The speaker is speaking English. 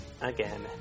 Again